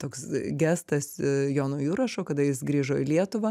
toks gestas jonui jurašo kada jis grįžo į lietuvą